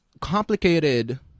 complicated